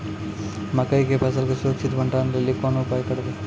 मकई के फसल के सुरक्षित भंडारण लेली कोंन उपाय करबै?